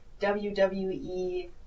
WWE